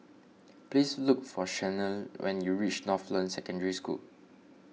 please look for Shanelle when you reach Northland Secondary School